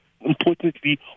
importantly